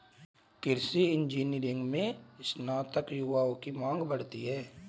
कृषि इंजीनियरिंग में स्नातक युवाओं की मांग बढ़ी है